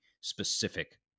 specific